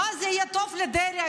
מה יהיה טוב לדרעי,